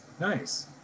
nice